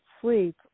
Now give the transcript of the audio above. sleep